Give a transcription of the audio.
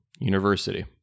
University